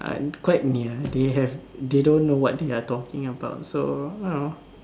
I'm quite near they have they don't know what they are talking about so you know